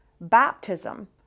baptism